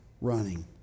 running